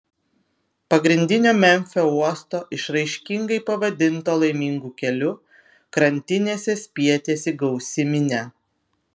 pagrindinio memfio uosto išraiškingai pavadinto laimingu keliu krantinėse spietėsi gausi minia